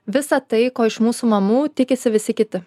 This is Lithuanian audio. visa tai ko iš mūsų mamų tikisi visi kiti